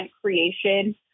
creation